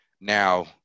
now